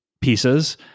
pieces